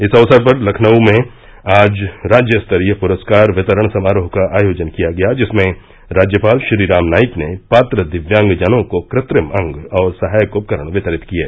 इस अवसर पर लखनऊ में आज राज्यस्तरीय पुरस्कार वितरण समारोह का आयोजन किया गया जिसमें राज्यपाल श्री राम नाईक ने पात्र दिव्यांग जनों को कृत्रिम अंग और सहायक उपकरण वितरित किये